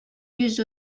yüz